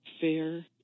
fair